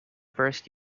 first